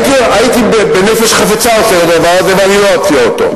הייתי בנפש חפצה עושה את זה, ואני לא אציע את זה.